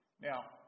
Now